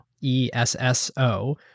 E-S-S-O